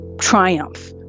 triumph